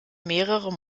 mehrere